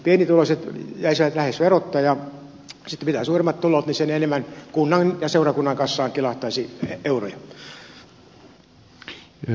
pienituloiset jäisivät lähes verotta ja mitä suuremmat tulot sitä enemmän kunnan ja seurakunnan kassaan kilahtaisi euroja